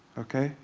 okay?